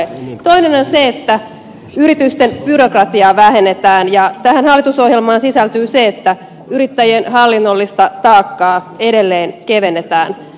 toinen on se että yritysten byrokratiaa vähennetään ja tähän hallitusohjelmaan sisältyy se että yrittäjien hallinnollista taakkaa edelleen kevennetään